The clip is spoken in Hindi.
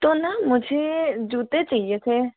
तो न मुझे जूते चाहिए थे